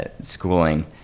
schooling